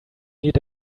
need